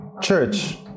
Church